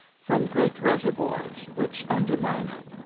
from great reservoirs which undermine it,